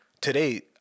Today